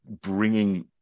bringing